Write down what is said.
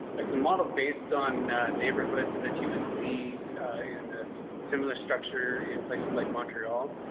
it's a model based on neighborhoods that you would see in this similar structure in places like montreal,